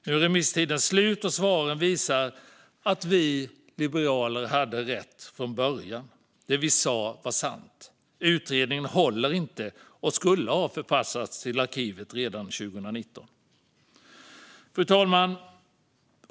Nu är remisstiden slut, och svaren visar att vi liberaler hade rätt från början. Det vi sa var sant. Utredningen håller inte och borde ha förpassats till arkivet redan 2019. Fru talman!